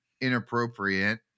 inappropriate